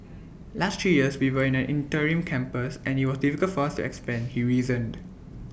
last three years we were in an interim campus and IT was difficult for us expand he reasoned